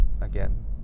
again